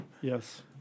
Yes